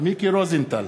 מיקי רוזנטל,